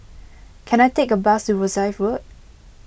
can I take a bus to Rosyth Road